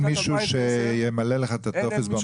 אין מישהו שימלא לך את הטופס במקום?